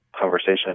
conversation